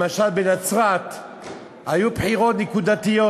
למשל, בנצרת היו בחירות נקודתיות.